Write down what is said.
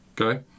Okay